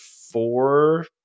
four